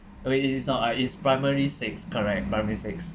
!oi! it's not uh it's primary six correct primary six